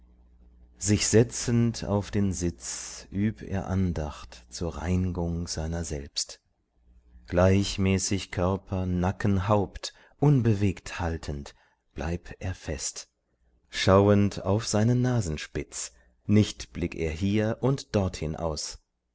sich setzend auf den sitz üb er andacht zur rein'gung seiner selbst gleichmäßig körper nacken haupt unbewegt haltend bleib er fest schauend auf seine nasenspitz nicht blick er hier und dorthin aus